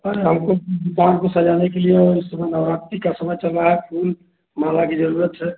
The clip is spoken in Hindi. सर हमको दुकान को सजाने के लिए इस समय नवरात्रि का समय चल रहा है फूल माला की ज़रूरत है